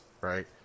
right